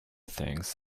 things